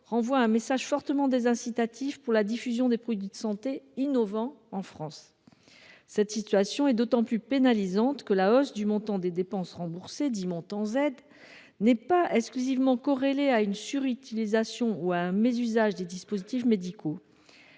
envoie un message fortement désincitatif pour la diffusion des produits de santé innovants en France. La situation est d’autant plus pénalisante que la hausse du montant des dépenses remboursées, dit « montant Z », n’est pas exclusivement corrélée à une surutilisation ou à un mésusage des dispositifs médicaux.